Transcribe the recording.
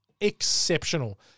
exceptional